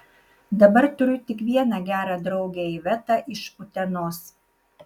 dabar turiu tik vieną gerą draugę ivetą iš utenos